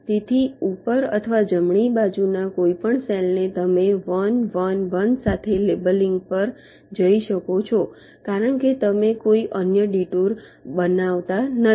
તેથી ઉપર અથવા જમણી બાજુના કોઈપણ સેલને તમે 1 1 1 સાથે લેબલિંગ પર જઈ શકો છો કારણ કે તમે કોઈ અન્ય ડિટુર બનાવતા નથી